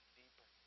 deeper